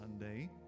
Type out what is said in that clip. Sunday